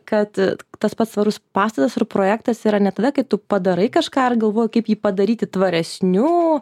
kad tas pats tvarus pastatas ir projektas yra ne tada kai tu padarai kažką ir galvoji kaip jį padaryti tvaresniu